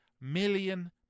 million